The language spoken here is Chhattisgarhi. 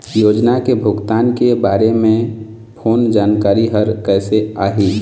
योजना के भुगतान के बारे मे फोन जानकारी हर कइसे आही?